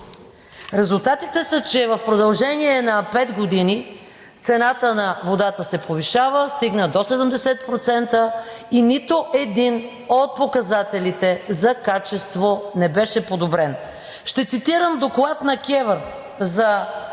Резултатите са, че в продължение на пет години цената на водата се повишава, стигна до 70% и нито един от показателите за качество не беше подобрен. Ще цитирам доклад на КЕВР за